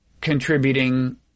contributing